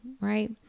right